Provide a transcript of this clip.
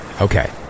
Okay